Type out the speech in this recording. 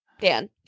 Dan